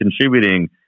contributing